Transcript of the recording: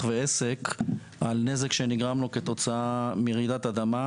ועסק על נזק שנגרם לו כתוצאה מרעידת אדמה,